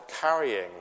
carrying